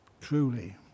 truly